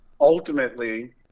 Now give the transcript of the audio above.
ultimately